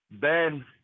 Ben